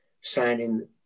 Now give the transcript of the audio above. signing